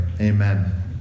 Amen